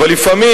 אבל לפעמים,